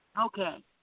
Okay